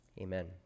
Amen